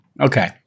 Okay